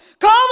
Call